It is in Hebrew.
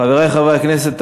חברי חברי הכנסת,